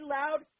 loud